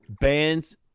bands